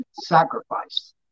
sacrifice